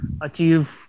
achieve